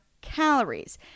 calories